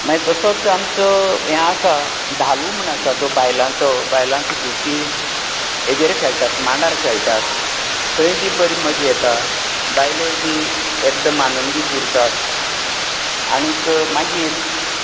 मागीर तसोच आमचो हें आसा धालू म्हूण आसा तो बायलांचो बायलांचो ती हेजेर खेळटात मांडार खेळटात थंय बी बरी मजा येता बायलोय बी एकदम आनंदीत उरतात आणीक मागीर